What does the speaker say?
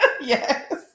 Yes